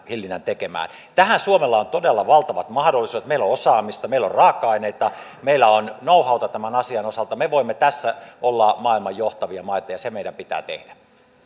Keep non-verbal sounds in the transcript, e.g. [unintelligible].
[unintelligible] hillinnän tekemään tähän suomella on todella valtavat mahdollisuudet meillä on osaamista meillä on raaka aineita meillä on know howta tämän asian osalta me voimme olla tässä maailman johtavia maita ja se meidän pitää tehdä